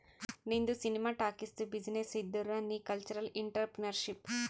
ನಿಂದು ಸಿನಿಮಾ ಟಾಕೀಸ್ದು ಬಿಸಿನ್ನೆಸ್ ಇದ್ದುರ್ ನೀ ಕಲ್ಚರಲ್ ಇಂಟ್ರಪ್ರಿನರ್ಶಿಪ್